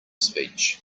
speech